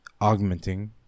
Augmenting